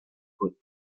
foods